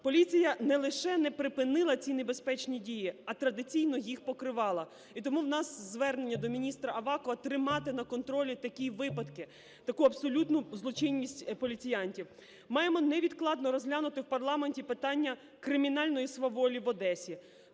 Поліція не лише не припинила ці небезпечні дії, а традиційно їх покривала. І тому у нас звернення до міністра Авакова: тримати на контролі такі випадки, таку абсолютну злочинність поліціантів. Маємо невідкладно розглянути в парламенті питання кримінальної сваволі в Одесі.